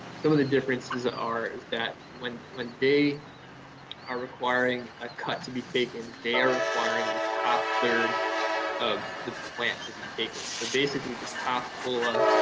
some of the differences are that when when they are requiring a cut to be taken, they are requiring the top third of the plant to be taken. so basically the top cola,